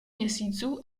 měsíců